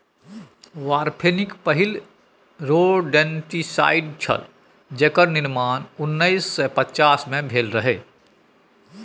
warfarin पहिल rodenticide छल जेकर निर्माण उन्नैस सय पचास मे भेल रहय